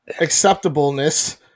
acceptableness